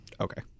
Okay